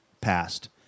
passed